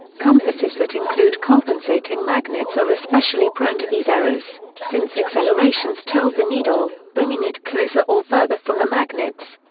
compasses that include compensating magnets are especially prone to these errors, since accelerations tilt the needle, bringing it closer or further from the magnets.